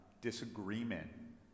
disagreement